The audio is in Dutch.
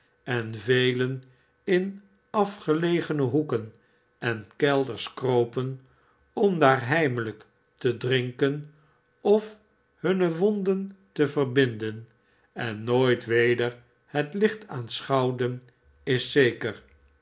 en velen in afgelegene hoeken en kelders kropen om daar heimelijk te drinken of hunne wonden te verbinden en nooit weder het licht aanschouwden is zeker